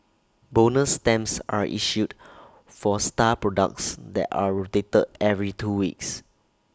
bonus stamps are issued for star products that are rotated every two weeks